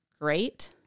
great